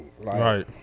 Right